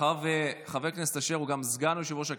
מאחר שחבר הכנסת יעקב אשר הוא סגן יושב-ראש הכנסת,